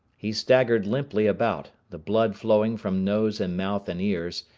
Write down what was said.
he staggered limply about, the blood flowing from nose and mouth and ears,